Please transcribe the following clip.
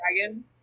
dragon